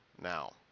now